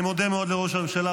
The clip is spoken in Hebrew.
אני מודה מאוד לראש הממשלה,